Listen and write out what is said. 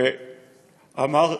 ואמר: